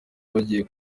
bagiye